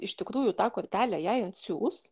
iš tikrųjų tą kortelę jai atsiųs